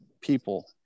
people